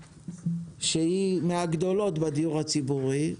מהגדולות בדיור הציבורי,